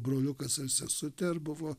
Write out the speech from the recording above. broliukas ar sesutė ar buvo